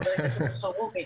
חבר הכנסת אלחרומי,